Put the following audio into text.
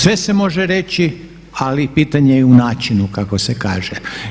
Sve se može reći, ali pitanje je u načinu kako se kaže.